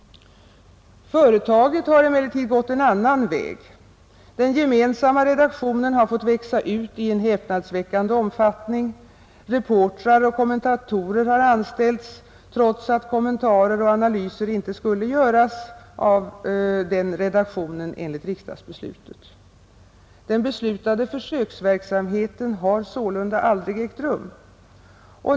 Företaget har emellertid gått en annan väg. Den gemensamma redaktionen har fått växa ut i en häpnadsväckande omfattning. Reportrar och kommentatorer har anställts, trots att kommentarer och analyser, enligt riksdagsbeslutet, inte skulle göras av denna redaktion. Den beslutade försöksverksamheten har sålunda aldrig ägt rum.